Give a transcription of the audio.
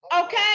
okay